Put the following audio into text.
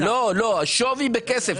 בכל המקומות בהם יש בעיה עם המפעלים,